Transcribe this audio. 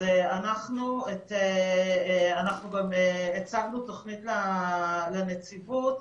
אנחנו גם הצגנו תוכנית לנציבות,